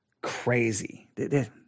crazy